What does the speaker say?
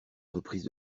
reprise